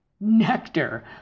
nectar